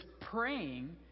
praying